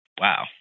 Wow